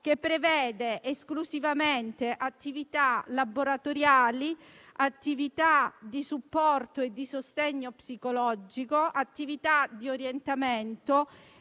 che prevede esclusivamente attività laboratoriali, di supporto, di sostegno psicologico, nonché di orientamento: